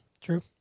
True